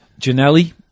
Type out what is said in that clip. Janelli